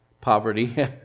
poverty